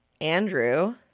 Andrew